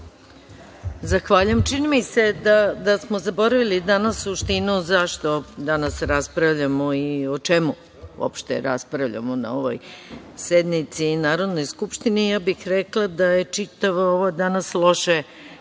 Zahvaljujem. Čini mi se da smo zaboravili danas suštinu zašto raspravljamo i o čemu uopšte raspravljamo na ovoj sednici Narodne skupštine. Ja bih rekla da je čitava ova danas loše